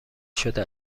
شده